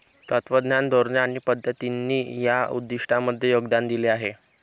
तत्त्वज्ञान, धोरणे आणि पद्धतींनी या उद्दिष्टांमध्ये योगदान दिले आहे